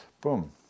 Boom